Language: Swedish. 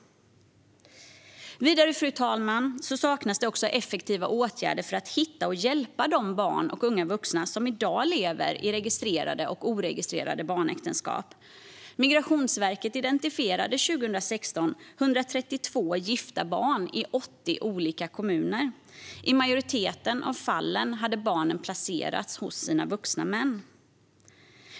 Vidare, fru talman, saknas effektiva åtgärder för att hitta och hjälpa de barn och unga vuxna som i dag lever i registrerade och oregistrerade barnäktenskap. År 2016 identifierade Migrationsverket 132 gifta barn i 80 olika kommuner. I majoriteten av fallen hade barnen placerats hos sina vuxna män.